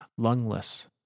Lungless